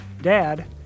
Dad